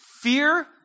fear